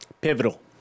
Pivotal